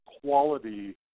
quality